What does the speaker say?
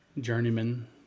Journeyman